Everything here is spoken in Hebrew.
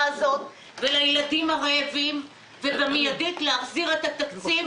הזאת ולילדים הרעבים ובאופן מיידי להחזיר את התקציב